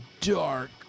dark